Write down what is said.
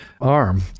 arm